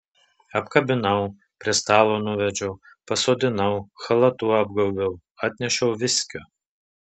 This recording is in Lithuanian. apkabinau prie stalo nuvedžiau pasodinau chalatu apgaubiau atnešiau viskio